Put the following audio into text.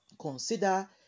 consider